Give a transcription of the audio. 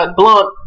blunt